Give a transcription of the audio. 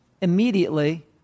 immediately